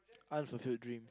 unfulfilled dream